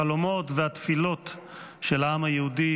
החלומות והתפילות של העם היהודי,